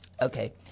Okay